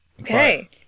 Okay